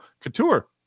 Couture